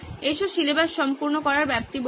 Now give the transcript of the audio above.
আসুন সিলেবাস সম্পূর্ণ করার ব্যাপ্তি বলি